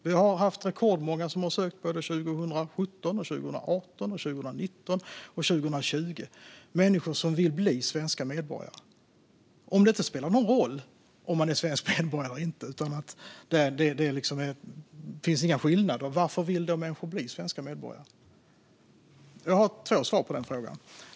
Vi har haft rekordmånga som ansökt både 2017, 2018, 2019 och 2020 - människor som vill bli svenska medborgare. Om det inte spelar någon roll om man är svensk medborgare eller inte och det inte finns några skillnader, varför vill då människor bli svenska medborgare? Jag har två svar på den frågan.